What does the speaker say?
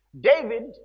David